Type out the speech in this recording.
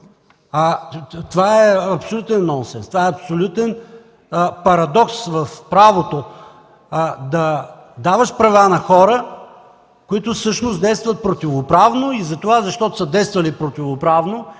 Това е абсолютен нонсенс, това е абсолютен парадокс в правото – да даваш права на хора, които всъщност действат противоправно и затова, защото са действали противоправно